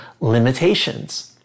limitations